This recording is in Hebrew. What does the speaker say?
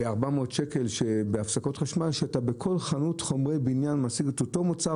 אני רוצה לשאול אותך,